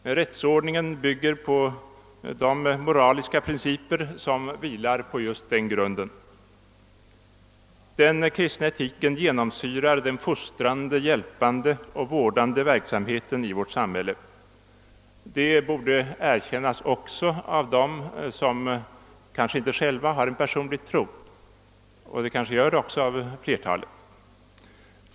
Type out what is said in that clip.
Vår rättsordning bygger på de moraliska principer som vilar på just den grunden. Den kristna etiken genomsyrar den fostrande, hjälpande och vårdande verksamheten i vårt samhälle. Detta borde också de som själva inte har en personlig tro erkänna, och det kanske flertalet också gör.